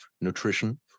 nutrition